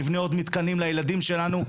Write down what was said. נבנה עוד מתקנים לילדים שלנו,